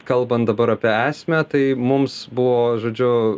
kalbant dabar apie esmę tai mums buvo žodžiu